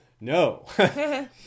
no